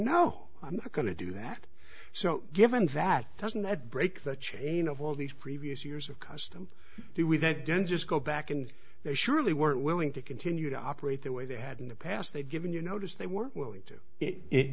no i'm not going to do that so given that doesn't that break the chain of all these previous years of custom do we that don't just go back and they surely weren't willing to continue to operate the way they had in the past they've given you notice they were willing to it